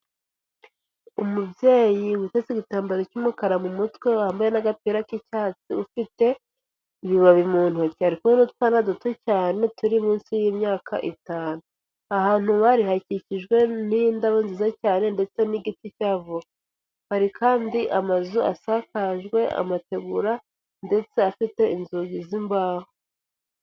Umubyeyi witeze igitambaro cy'umukara mu mutwe, wambaye n'agapira k'icyatsi ufite ibibabi mu ntoki, ari n'utwana duto cyane turi munsi y'imyaka itanu, ahantu bari hakikijwe n'indabo nziza cyane ndetse n'igiti cya voka, hari kandi amazu asakajwe amategura ndetse afite inzugi z'imbaho.